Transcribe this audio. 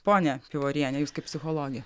ponia pivoriene jūs kaip psichologė